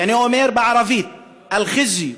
ואני אומר בערבית: (אומר בערבית: בושה